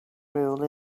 rule